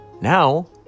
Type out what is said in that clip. Now